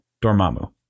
Dormammu